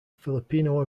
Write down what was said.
filipino